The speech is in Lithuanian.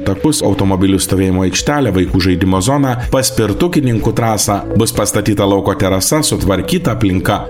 takus automobilių stovėjimo aikštelę vaikų žaidimo zoną paspirtukininkų trasą bus pastatyta lauko terasa sutvarkyta aplinka